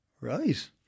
right